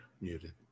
muted